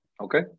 Okay